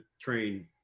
train